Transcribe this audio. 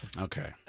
Okay